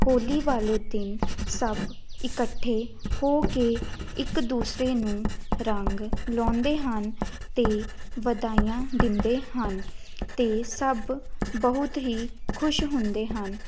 ਹੋਲੀ ਵਾਲੇ ਦਿਨ ਸਭ ਇਕੱਠੇ ਹੋ ਕੇ ਇੱਕ ਦੂਸਰੇ ਨੂੰ ਰੰਗ ਲਾਉਂਦੇ ਹਨ ਅਤੇ ਵਧਾਈਆਂ ਦਿੰਦੇ ਹਨ ਅਤੇ ਸਭ ਬਹੁਤ ਹੀ ਖੁਸ਼ ਹੁੰਦੇ ਹਨ